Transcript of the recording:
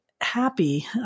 happy